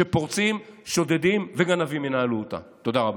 שפורצים, שודדים וגנבים ינהלו אותה, תודה רבה.